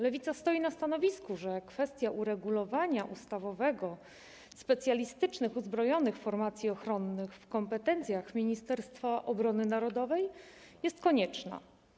Lewica stoi na stanowisku, że kwestia uregulowania ustawowego specjalistycznych uzbrojonych formacji ochronnych w kompetencjach Ministerstwa Obrony Narodowej jest konieczna.